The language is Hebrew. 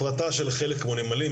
הפרטה של חלק כמו הנמלים,